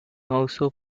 also